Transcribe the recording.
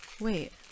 Wait